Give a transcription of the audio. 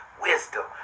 wisdom